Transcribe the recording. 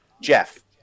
jeff